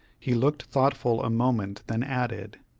he looked thoughtful a moment, then added,